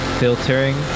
filtering